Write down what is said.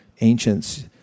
ancients